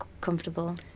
comfortable